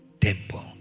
temple